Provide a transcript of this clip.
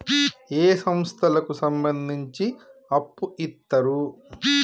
ఏ సంస్థలకు సంబంధించి అప్పు ఇత్తరు?